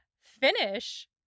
finish